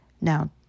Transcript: Now